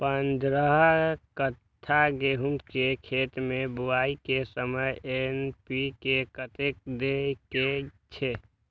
पंद्रह कट्ठा गेहूं के खेत मे बुआई के समय एन.पी.के कतेक दे के छे?